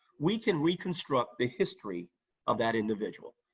we can reconstruct the history of that individual,